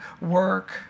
work